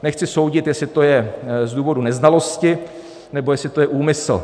Nechci soudit, jestli to je z důvodu neznalosti, nebo jestli to je úmysl.